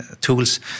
tools